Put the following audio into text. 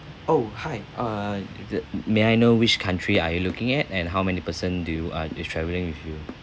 oh hi uh the may I know which country are you looking at and how many person do you uh is travelling with you